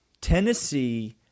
Tennessee –